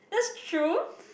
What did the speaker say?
that's true